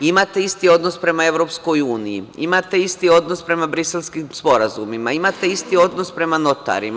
Imate isti odnos prema EU, imate isti odnos prema briselskim sporazumima, imate isti odnos prema notarima.